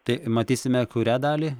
tai matysime kurią dalį